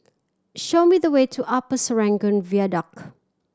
show me the way to Upper Serangoon Viaduct